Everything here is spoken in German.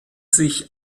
sich